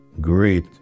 great